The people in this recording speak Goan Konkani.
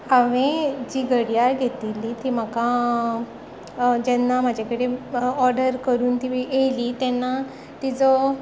हांवें जी घडयाळ घेतिल्ली ती म्हाका जेन्ना म्हजे कडेन ऑर्डर करून ती आयली तेन्ना तिजो